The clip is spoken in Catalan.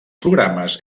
programes